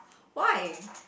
why